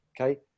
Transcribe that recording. okay